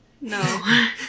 No